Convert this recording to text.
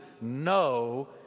no